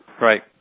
Right